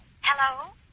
Hello